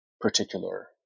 particular